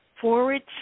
forward